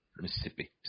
Mississippi